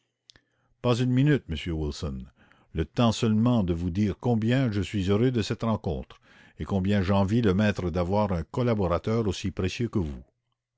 pas une minute m wilson le temps seulement de vous dire combien je suis heureux de cette rencontre et combien j'envie le maître d'avoir un collaborateur aussi précieux que vous